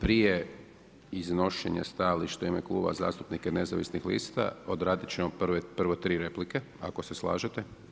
Prije iznošenja stajališta u ime kluba zastupnika i nezavisnih lista, odraditi ćemo prve 3 replike, ako se slažete.